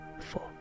four